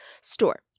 store